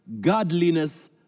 Godliness